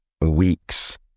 weeks